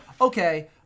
okay